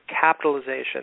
capitalization